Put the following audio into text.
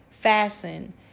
fasten